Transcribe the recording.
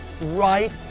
right